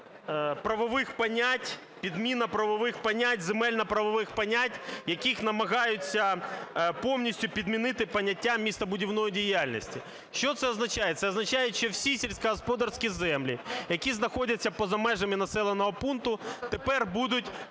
фактична підміна правових понять, земельних правових понять, в яких намагаються повністю підмінити поняття містобудівної діяльності. Що це означає? Це означає, що всі сільськогосподарські землі, які знаходяться поза межами населеного пункту, тепер будуть